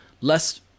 less